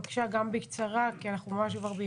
בבקשה בקצרה כי אנחנו באיחור.